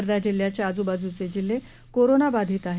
वर्धा जिल्ह्याच्या आजूबाजूचे जिल्हे कोरोना बाधित आहेत